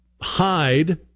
hide